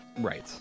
Right